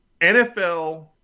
NFL